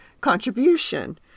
contribution